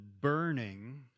burning